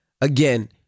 again-